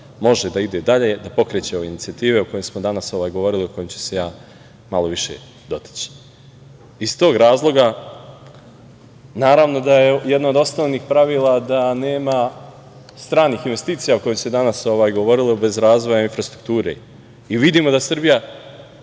može da ide dalje, a pokreće ove inicijative o kojima smo danas govorili, o kojima ću se ja malo više dotaći. Iz tog razloga, naravno da je jedno od osnovnih pravila da nema stranih investicija o kojim se danas govorilo bez razvoja infrastrukture. Vidimo da Srbija